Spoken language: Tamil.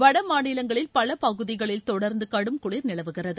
வட மாநிலங்களில் பல பகுதிகளில் தொடர்ந்து கடும் குளிர் நிலவுகிறது